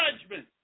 judgment